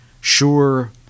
sure